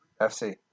FC